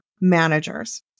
managers